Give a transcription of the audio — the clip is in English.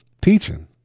teaching